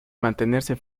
mantenerse